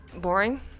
Boring